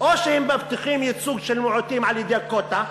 או שהם מבטיחים ייצוג של מיעוטים על-ידי קווטה,